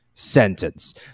sentence